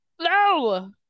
No